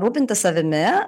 rūpintis savimi